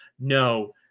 no